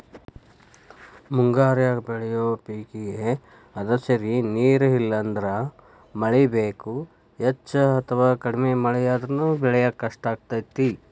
ಮುಂಗಾರ್ಯಾಗ ಬೆಳಿಯೋ ಪೇಕೇಗೆ ಹದಸಿರಿ ನೇರ ಇಲ್ಲಂದ್ರ ಮಳಿ ಬೇಕು, ಹೆಚ್ಚ ಅಥವಾ ಕಡಿಮೆ ಮಳೆಯಾದ್ರೂ ಬೆಳ್ಯಾಕ ಕಷ್ಟಾಗ್ತೇತಿ